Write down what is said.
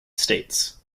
states